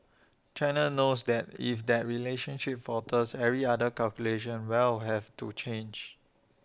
China knows that if that relationship falters every other calculation will have to change